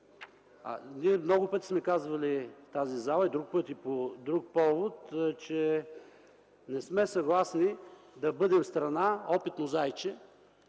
Ние много пъти сме казвали в тази зала, и друг път, и по друг повод, че не сме съгласни да бъдем страна – опитно зайче,